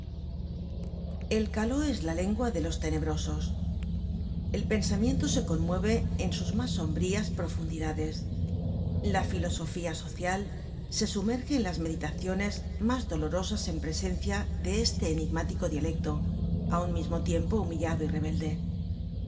el cató es la lengua de los tenebrosos el pensamiento se conmueve en sus mas sombrías profundidades la filosofía social se sumerge en las meditaciones mas dolorosas en presencia de este enigmático dialecto á un mismo tiempo humillado y rebelde